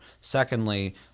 Secondly